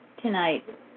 tonight